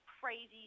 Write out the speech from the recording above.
crazy